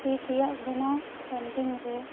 ᱛᱤ ᱛᱮᱭᱟᱜ ᱵᱮᱱᱟᱣ ᱯᱮᱱᱴᱤᱝ ᱨᱮ